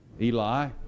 Eli